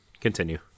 Continue